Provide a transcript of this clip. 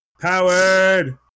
powered